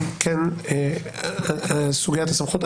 סוגיית הסמכות,